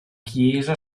chiesa